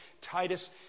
Titus